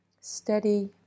steady